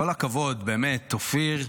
כל הכבוד, באמת, אופיר,